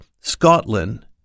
Scotland